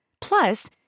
Plus